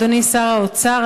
אדוני שר האוצר,